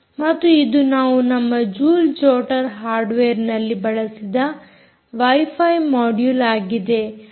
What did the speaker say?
ಮತ್ತು ಇದು ನಾವು ನಮ್ಮ ಜೂಲ್ ಜೊಟರ್ ಹಾರ್ಡ್ವೇರ್ನಲ್ಲಿ ಬಳಸಿದ ವೈಫೈ ಮೊಡ್ಯುಲ್ ಆಗಿದೆ